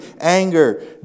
anger